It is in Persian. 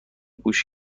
گوش